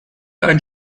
ein